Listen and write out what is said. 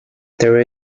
there